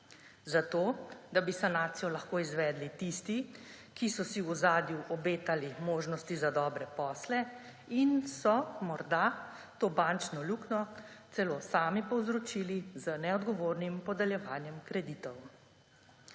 Zato, da bi sanacijo lahko izvedli tisti, ki so si v ozadju obetali možnosti za dobre posle in so morda to bančno luknjo celo sami povzročili z neodgovornim podeljevanjem kreditov.